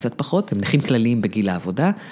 קצת פחות, הם נכים כלליים בגיל העבודה.